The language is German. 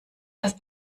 das